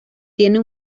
tiene